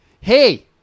Hey